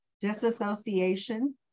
disassociation